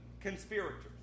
conspirators